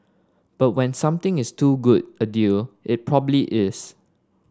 but when something is too good a deal it probably is